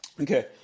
Okay